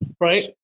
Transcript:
right